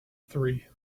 three